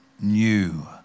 new